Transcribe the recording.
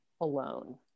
alone